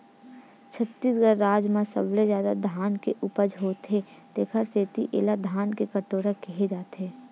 छत्तीसगढ़ राज म सबले जादा धान के उपज होथे तेखर सेती एला धान के कटोरा केहे जाथे